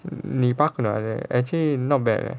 நீ பாக்கல:nee paakala actually not bad eh